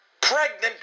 pregnant